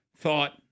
thought –